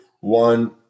one